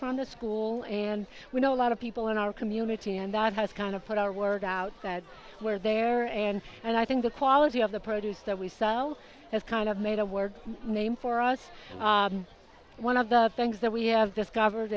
from the school and we know a lot of people in our community and that has kind of put our work out where there and and i think the quality of the produce that we sell has kind of made a word name for us one of the things that we have discovered